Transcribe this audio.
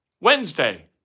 Wednesday